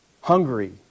Hungary